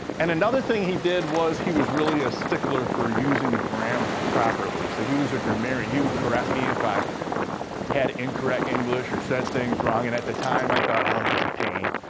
and another thing he did was he was really a stickler for using grammar properly, so he was a grammarian. he would correct me if i had incorrect english or said things wrong, and at the time, i thought, oh, that's a pain.